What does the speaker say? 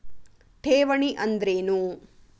ಠೇವಣಿ ಅಂದ್ರೇನು?